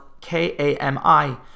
K-A-M-I